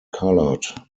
colored